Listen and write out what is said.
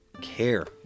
Care